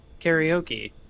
karaoke